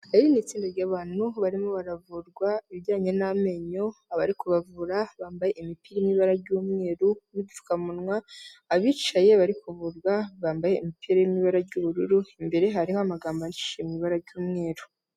Ri ni itsinda ry'abantu barimo baravurwa ibijyanye n'amenyo, abari kubavura bambaye imipira n'ibara ry'umweru n'udupfukamunwa, abicaye bari kuvurwa bambaye imipira y'ibara ry'ubururu, imbere hariho amagambo ahi mu ibara ry'umweru.